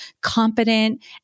competent